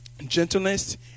gentleness